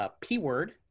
p-word